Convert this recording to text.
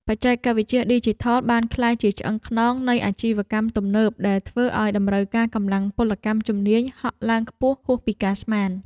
បច្ចេកវិទ្យាឌីជីថលបានក្លាយជាឆ្អឹងខ្នងនៃអាជីវកម្មទំនើបដែលធ្វើឱ្យតម្រូវការកម្លាំងពលកម្មជំនាញហក់ឡើងខ្ពស់ហួសពីការស្មាន។